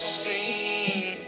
seen